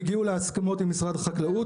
הם הגיעו להסכמות עם משרד החקלאות.